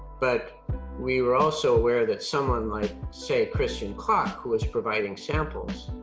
but we were also aware that someone like say christian kloc, who was providing samples